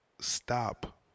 stop